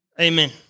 amen